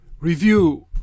Review